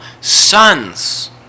sons